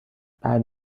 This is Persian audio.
بعد